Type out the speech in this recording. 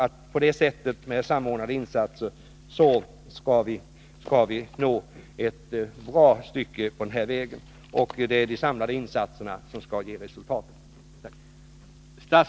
Med på det sättet samordnade insatser tror jag att vi skall nå ett bra stycke på väg. Det är de samlade insatserna som skall ge resultat.